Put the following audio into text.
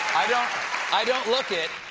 i don't i don't look it!